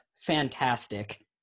fantastic